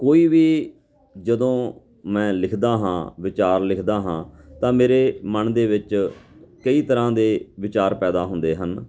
ਕੋਈ ਵੀ ਜਦੋਂ ਮੈਂ ਲਿਖਦਾ ਹਾਂ ਵਿਚਾਰ ਲਿਖਦਾ ਹਾਂ ਤਾਂ ਮੇਰੇ ਮਨ ਦੇ ਵਿੱਚ ਕਈ ਤਰ੍ਹਾਂ ਦੇ ਵਿਚਾਰ ਪੈਦਾ ਹੁੰਦੇ ਹਨ